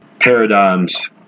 paradigms